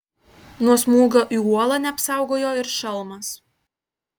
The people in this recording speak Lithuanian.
nuo smūgio į uolą neapsaugojo ir šalmas